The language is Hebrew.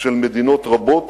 של מדינות רבות